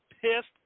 pissed